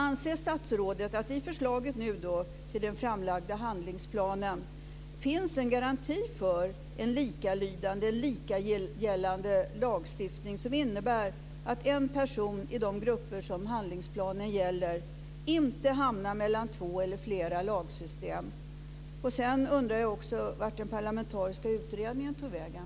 Anser statsrådet att det i förslaget till den framlagda handlingsplanen finns en garanti för en likalydande, likagällande lagstiftning som innebär att en person i de grupper som handlingsplanen gäller inte hamnar mellan två eller flera lagsystem? Jag undrar också vart den parlamentariska utredningen tog vägen.